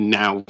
now